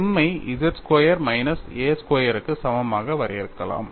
m I z square minus a ஸ்கொயருக்கு சமமாக வரையறுக்கலாம்